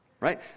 Right